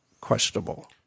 questionable